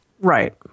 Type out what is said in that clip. Right